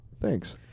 thanks